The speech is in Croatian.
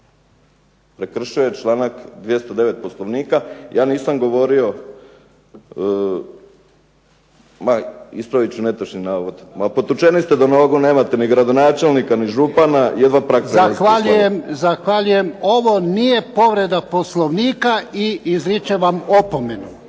Prekršio je čl. 209. Poslovnika. Ja nisam govorio, ma ispravit ću netočni navod. Ma potučeni ste do nogu, nemate ni gradonačelnika ni župana, jedva **Jarnjak, Ivan (HDZ)** Zahvaljujem, zahvaljujem. Ovo nije povreda Poslovnika i izričem vam opomenu.